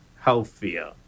healthier